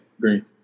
green